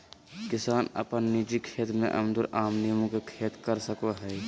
किसान अपन निजी खेत में अमरूद, आम, नींबू के खेती कर सकय हइ